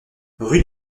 rue